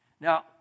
Now